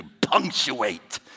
punctuate